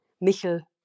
Michel